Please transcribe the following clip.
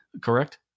correct